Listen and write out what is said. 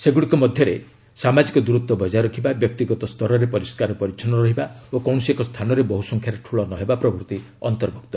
ସେଗୁଡ଼ିକ ମଧ୍ୟରେ ସାମାଜିକ ଦୂରତ୍ୱ ବଜାୟ ରଖିବା ବ୍ୟକ୍ତିଗତ ସ୍ତରରେ ପରିସ୍କାର ପରିଚ୍ଛନ୍ନ ରହିବା ଓ କୌଣସି ଏକ ସ୍ଥାନରେ ବହୁ ସଂଖ୍ୟାରେ ଠୁଳ ନ ହେବା ପ୍ରଭୂତି ଅନ୍ତର୍ଭୁକ୍ତ